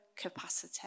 capacity